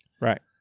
Right